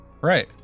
Right